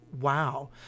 Wow